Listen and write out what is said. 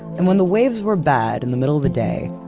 and when the waves were bad in the middle of the day,